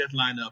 lineup